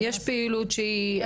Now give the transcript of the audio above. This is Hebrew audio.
יש פעילות שהיא ענפה.